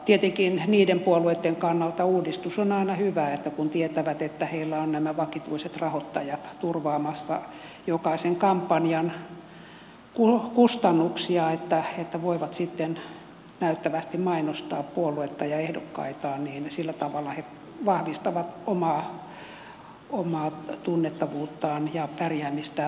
tietenkin niiden puolueitten kannalta uudistus on aina hyvä kun he tietävät että heillä ovat nämä vakituiset rahoittajat turvaamassa jokaisen kampanjan kustannuksia niin että voivat sitten näyttävästi mainostaa puoluetta ja ehdokkaitaan ja sillä tavalla he vahvistavat omaa tunnettavuuttaan ja pärjäämistään vaaleissa